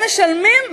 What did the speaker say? הם משלמים,